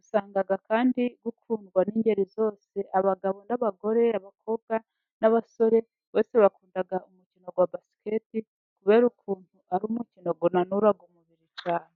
usanga kandi ukundwa n'ingeri zose abagabo n'abagore, abakobwa n'abasore, bose bakunda umukino wa basikete, kubera ukuntu ar'umukino unanura umubiri cyane.